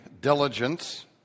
diligence